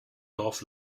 dorf